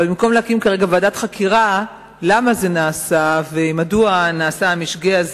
אבל במקום להקים כרגע ועדת חקירה למה זה נעשה ומדוע נעשה המשגה הזה,